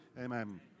Amen